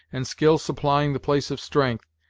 and skill supplying the place of strength,